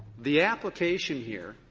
the application here,